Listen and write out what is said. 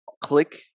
Click